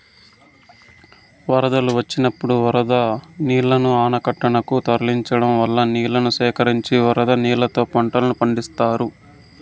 వరదలు వచ్చినప్పుడు వరద నీళ్ళను ఆనకట్టలనకు తరలించడం వల్ల నీళ్ళను సేకరించి వరద నీళ్ళతో పంటలను పండిత్తారు